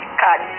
card